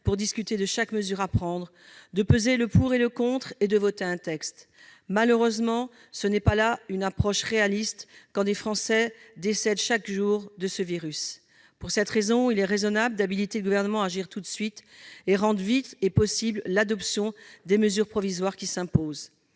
pour discuter de chaque mesure à prendre, peser le pour et le contre et voter un texte. Malheureusement, ce n'est pas là une approche réaliste quand des Français décèdent chaque jour de ce virus. Pour cette raison, il est raisonnable d'habiliter le Gouvernement à agir tout de suite et rendre vite possible l'adoption des mesures provisoires qui s'imposent.